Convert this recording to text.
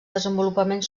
desenvolupament